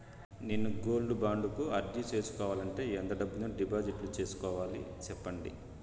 నేను gold bond కు అర్జీ సేసుకోవాలంటే ఎంత డబ్బును డిపాజిట్లు సేసుకోవాలి సెప్పండి